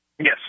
Yes